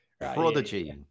Prodigy